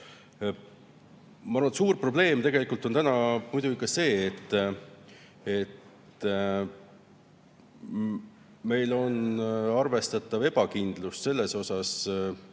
arvan, et suur probleem tegelikult on muidugi ka see, et meil on arvestatav ebakindlus selles osas,